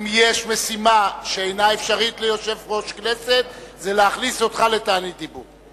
אם יש משימה שאיננה אפשרית ליושב-ראש כנסת זה להכניס אותך לתענית דיבור.